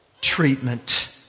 treatment